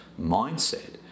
mindset